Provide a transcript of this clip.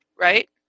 Right